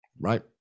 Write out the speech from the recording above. right